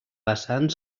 vessant